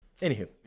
Anywho